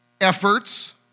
efforts